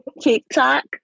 TikTok